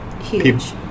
huge